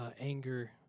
anger